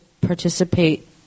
participate